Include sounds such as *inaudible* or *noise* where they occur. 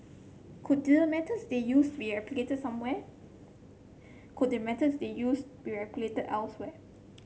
could the methods they use be a *unintelligible* somewhere could the methods they used be replicated elsewhere